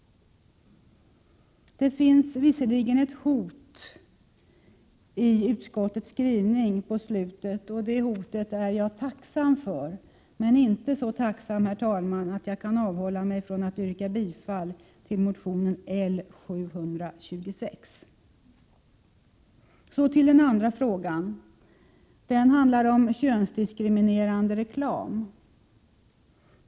Det finns visserligen ett hot i slutet av utskottets skrivning, och det är jag tacksam för, men inte så tacksam, herr talman, att jag kan avhålla mig från att yrka bifall till motionen L726. Den andra frågan handlar om könsdiskriminerande reklam.